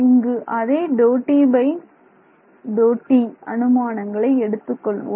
இங்கு அதே அனுமானங்களை எடுத்துக்கொள்வோம்